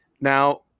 Now